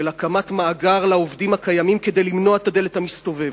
של הקמת מאגר לעובדים הקיימים כדי למנוע את הדלת המסתובבת,